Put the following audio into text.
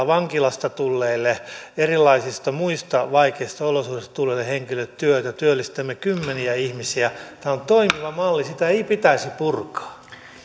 vankilasta tulleille erilaisista muista vaikeista olosuhteista tulleille henkilöille työtä työllistämme kymmeniä ihmisiä tämä on toimiva malli sitä ei pitäisi purkaa